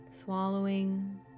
swallowing